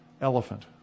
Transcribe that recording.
elephant